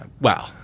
Wow